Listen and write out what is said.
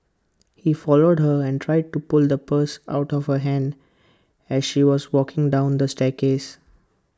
he followed her and tried to pull the purse out of her hand as she was walking down the staircase